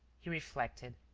he reflected.